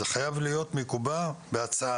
זה חייב להיות מקובע בהצעה.